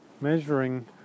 measuring